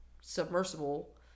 submersible